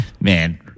man